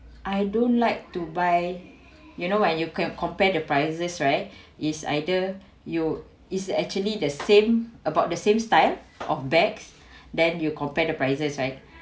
I don't like to buy you know when you can compare the prices right is either you is actually the same about the same style of bags then you compare the prices right